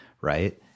right